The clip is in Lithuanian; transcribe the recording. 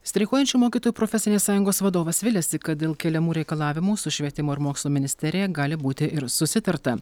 streikuojančių mokytojų profesinės sąjungos vadovas viliasi kad dėl keliamų reikalavimų su švietimo ir mokslo ministerija gali būti ir susitarta